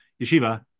yeshiva